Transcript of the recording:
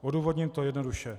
Odůvodním to jednoduše.